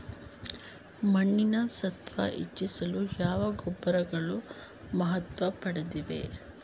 ಮಣ್ಣಿನ ಸತ್ವ ಹೆಚ್ಚಿಸಲು ಯಾವ ಗೊಬ್ಬರಗಳು ಮಹತ್ವ ಪಡೆದಿವೆ?